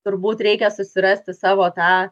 turbūt reikia susirasti savo tą